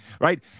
right